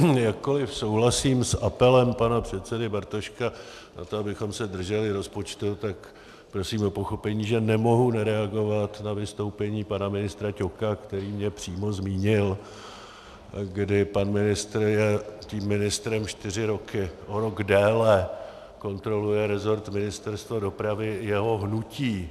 Jakkoliv souhlasím s apelem pana předsedy Bartoška na to, abychom se drželi rozpočtu, prosím o pochopení, že nemohu nereagovat na vystoupení pana ministra Ťoka, který mě přímo zmínil, kdy pan ministr je tím ministrem čtyři roky, o rok déle kontroluje rezort Ministerstva dopravy jeho hnutí.